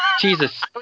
Jesus